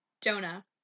Jonah